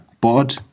board